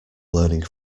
learning